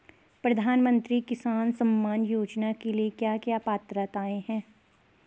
प्रधानमंत्री किसान सम्मान योजना के लिए क्या क्या पात्रताऐं हैं?